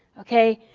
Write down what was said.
okay,